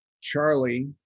Charlie